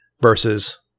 versus